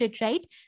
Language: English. right